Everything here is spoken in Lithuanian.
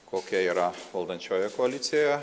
kokia yra valdančioji koalicija